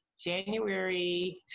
January